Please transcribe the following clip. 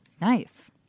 Nice